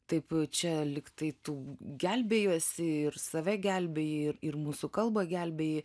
taip čia lygtai tu gelbėjaisi ir save gelbėjai ir ir mūsų kalbą gelbėji